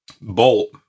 bolt